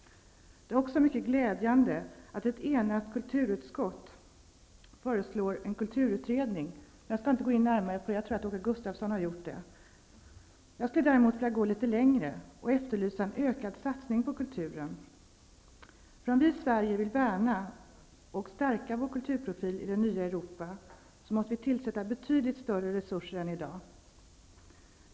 Det är också mycket glädjande att ett enigt kulturutskott föreslår en kulturutredning. Jag skall inte gå närmare in på det -- jag tror att Åke Gustavsson har gjort det. Jag skulle däremot vilja gå litet längre och efterlysa en ökad satsning på kulturen. Om vi i Sverige vill värna och stärka vår kulturprofil i det nya Europa måste vi avsätta betydligt större resurser än i dag.